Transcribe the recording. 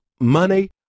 money